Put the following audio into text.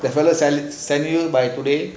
that fellow sell you sell you by today